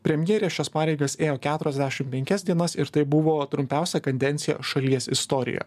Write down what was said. premjerė šias pareigas ėjo keturiasdešim penkias dienas ir tai buvo trumpiausia kadencija šalies istorijoje